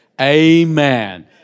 Amen